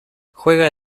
juega